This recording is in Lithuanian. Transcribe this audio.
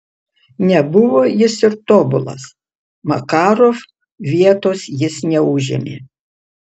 nebuvo jis ir tobulas makarov vietos jis neužėmė